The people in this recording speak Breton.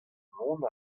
mont